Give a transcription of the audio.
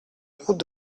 route